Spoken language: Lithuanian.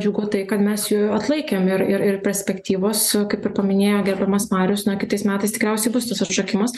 džiugu tai kad mes ju atlaikėm ir ir ir perspektyvos kaip ir paminėjo gerbiamas marius na kitais metais tikriausiai bus tas atšokimas